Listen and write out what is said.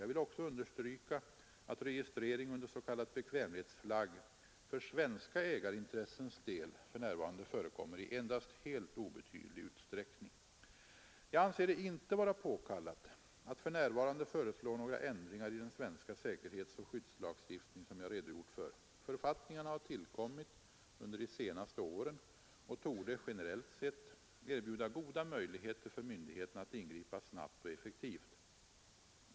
Jag vill också understryka att registrering under s.k. bekvämlighetsflagg för svenska ägarintressens del för närvarande före kommer i endast helt obetydlig utsträckning. Jag anser det inte vara påkallat att för närvarande föreslå några ändringar i den svenska säkerhetsoch skyddslagstiftning som jag redogjort för. Författningarna har tillkommit under de senaste åren och torde — generellt sett — erbjuda goda möjligheter för myndigheterna att ingripa snabbt och effektivt.